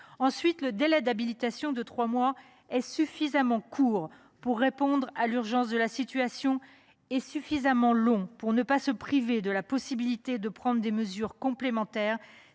ailleurs, le délai d’habilitation de trois mois est suffisamment court pour répondre à l’urgence de la situation et suffisamment long pour ne pas nous priver de la possibilité de prendre des mesures complémentaires,